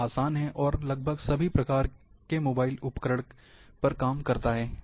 यह आसान है और यह लगभग सभी प्रकार के मोबाइल उपकरण पर काम करता है